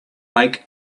make